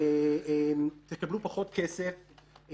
תקבלו פחות כסף,